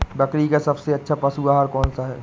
बकरी का सबसे अच्छा पशु आहार कौन सा है?